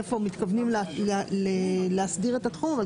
איפה מתכוונים להסדיר את התחום.